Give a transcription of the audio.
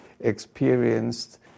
experienced